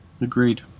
Agreed